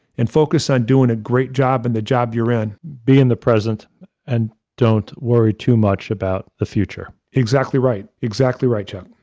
and focus on doing a great job in the job you're in. be in the present and don't worry too much about the future. exactly right. exactly right, chuck.